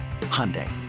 Hyundai